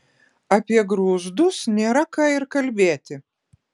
apie grūzdus nėra ką ir kalbėti